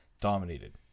dominated